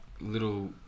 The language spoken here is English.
little